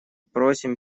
просим